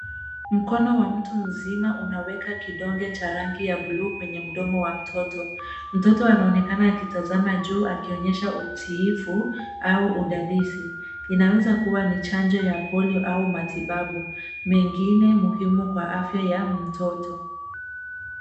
Mkono wa mtu mzima unaweka kidonge cha rangi ya blue kwenye mdomo wa mtoto. Mtoto anaonekana akitazama juu akionyesha utiifu au udadisi. Inaweza kuwa ni chanjo ya Polio au matibabu mengine muhimu kwa afya ya mtoto.